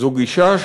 זו גישה,